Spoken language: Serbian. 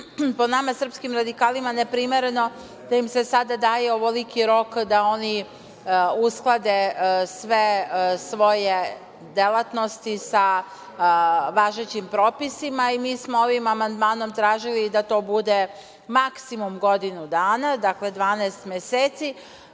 po nama, srpskim radikalima, neprimereno da im se sada daje ovoliki rok da oni usklade sve svoje delatnosti sa važećim propisima. Mi smo ovim amandmanom tražili da to bude maksimum godinu dana, dakle, 12 meseci,